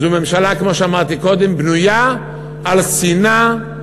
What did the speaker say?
זו ממשלה, כפי שאמרתי קודם, שבנויה על שנאה,